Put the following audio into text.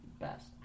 best